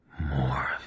more